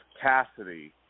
Cassidy